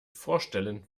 vorstellen